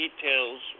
details